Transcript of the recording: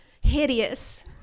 hideous